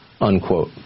unquote